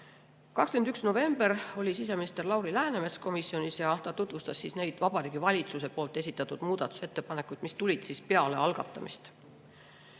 21. novembril oli siseminister Lauri Läänemets komisjonis ja ta tutvustas Vabariigi Valitsuse esitatud muudatusettepanekuid, mis tulid peale algatamist.